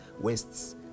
wastes